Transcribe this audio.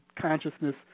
consciousness